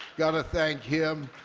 got to thank him.